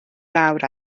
lawr